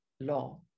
law